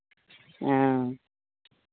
हँ